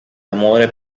amore